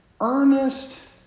earnest